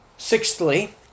Sixthly